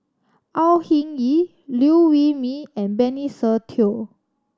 Au Hing Yee Liew Wee Mee and Benny Se Teo